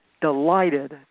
delighted